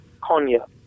Konya